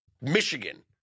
Michigan